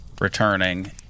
returning